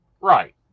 right